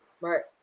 Right